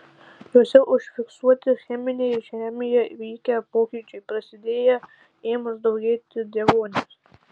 juose užfiksuoti cheminiai žemėje vykę pokyčiai prasidėję ėmus daugėti deguonies